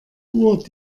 uhr